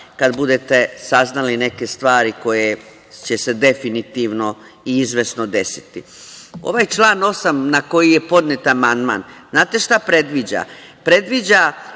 kad budete saznali neke stvari koje će se definitivno i izvesno desiti. Ovaj član 8. na koji je podnet amandman, znate šta predviđa?